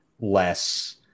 less